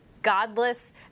godless